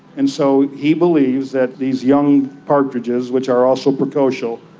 and so he believes that these young partridges, which are also precocial,